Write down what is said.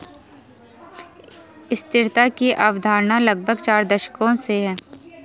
स्थिरता की अवधारणा लगभग चार दशकों से है